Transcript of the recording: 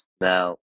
Now